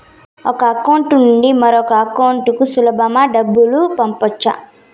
ఒక అకౌంట్ నుండి మరొక అకౌంట్ కు సులభమా డబ్బులు పంపొచ్చా